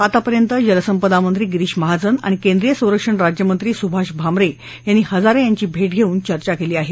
आतापर्यंत जलसंपदा मंत्री गिरीष महाजन आणि केंद्रीय संरक्षण राज्यमंत्री सुभाष भामरे यांनी हजारे यांची भेट घेऊन चर्चा केली आहे